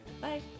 Bye